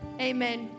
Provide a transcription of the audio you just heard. Amen